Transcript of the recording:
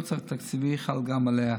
הקיצוץ התקציבי חל גם עליה.